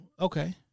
okay